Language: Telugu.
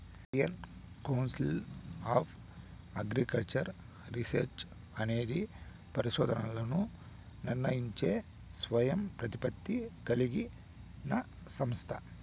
Indian council of agricultural research అనేది పరిశోధనలను నిర్వహించే స్వయం ప్రతిపత్తి కలిగిన సంస్థ